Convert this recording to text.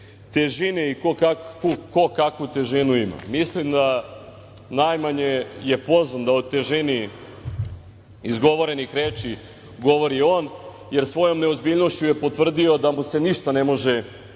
težini i ko kakvu težinu ima. Mislim da najmanje je pozvan da o težini izgovorenih reči govori on, jer svojom neozbiljnošću je potvrdio da mu se ništa ne može verovati. Ono